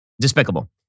despicable